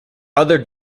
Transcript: other